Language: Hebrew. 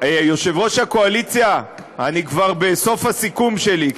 יושב-ראש הקואליציה, אני כבר בסוף הסיכום שלי,